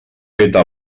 feta